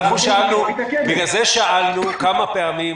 בגלל זה שאלנו כמה פעמים